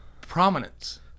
prominence